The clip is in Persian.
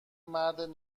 مرد